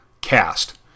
cast